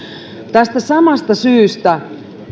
tästä samasta syystä